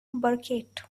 burkett